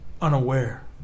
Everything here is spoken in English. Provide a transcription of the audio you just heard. unaware